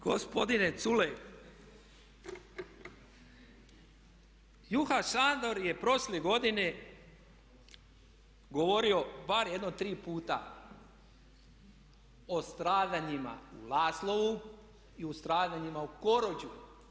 Gospodine Culej, Juhas Šandor je prošle godine govorio barem jedno tri puta o stradanjima u Laslovu i stradanjima u Korođu.